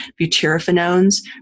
butyrophenones